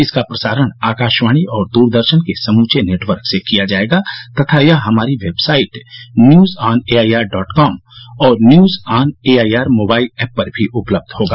इसका प्रसारण आकाशवाणी और दूरदर्शन के समूचे नेटवर्क से किया जाएगा तथा यह हमारी website news on AIR dot com और news on AIR mobile app पर भी उपलब्ध होगा